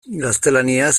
gaztelaniaz